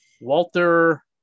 walter